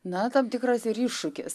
na tam tikras ir iššūkis